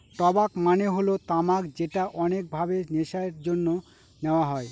টবাক মানে হল তামাক যেটা অনেক ভাবে নেশার জন্যে নেওয়া হয়